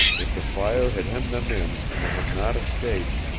if the fire had hemmed them in and they had not escaped